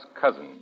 cousin